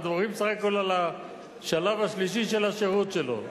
אנחנו מדברים בסך הכול על השלב השלישי של השירות שלו,